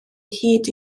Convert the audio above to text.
hyd